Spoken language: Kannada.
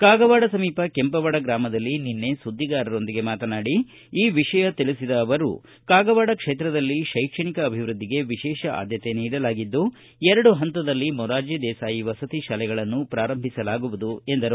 ಕಾಗವಾಡ ಸಮೀಪ ಕೆಂಪವಾಡ ಗ್ರಾಮದಲ್ಲಿ ನಿನ್ನೆ ಸುದ್ದಿಗಾರರೊಂದಿಗೆ ಮಾತನಾಡಿ ಈ ವಿಷಯ ತಿಳಿಸಿದ ಅವರು ಕಾಗವಾಡ ಕ್ಷೇತ್ರದಲ್ಲಿ ಶೈಕ್ಷಣಿಕ ಅಭಿವೃದ್ಧಿಗೆ ವಿಶೇಷ ಆದ್ಯಕೆ ನೀಡಲಾಗಿದ್ದು ಎರಡು ಪಂತದಲ್ಲಿ ಮೊರಾರ್ಜಿ ದೇಸಾಯಿ ವಸತಿ ಶಾಲೆಗಳನ್ನು ಪ್ರಾರಂಭಿಸಲಾಗುವುದು ಎಂದರು